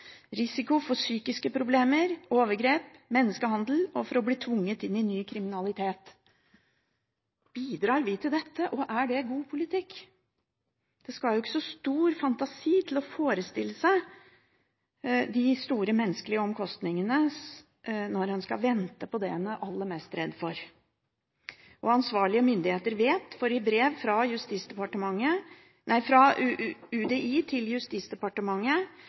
risiko for psykiske problemer, overgrep, menneskehandel og for å bli tvunget inn i ny kriminalitet. Bidrar vi til dette? Og er det god politikk? Det skal ikke så stor fantasi til å forestille seg de store menneskelige omkostningene når en skal vente på det en er aller mest redd for. Og ansvarlige myndigheter vet at det blir vanskelig, for i brev